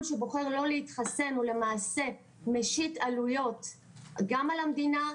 שבוחר לא להתחסן הוא למעשה משית עלויות גם על המדינה,